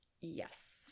Yes